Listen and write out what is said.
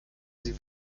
sie